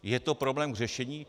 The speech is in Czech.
Je to problém k řešení?